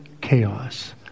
chaos